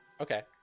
Okay